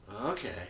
Okay